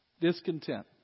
discontent